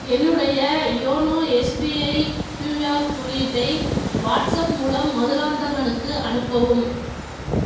என்னுடைய YONO SBI QR குறியீட்டை WhatsApp மூலம் மதுராந்தகனுக்கு அனுப்பவும்